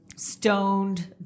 stoned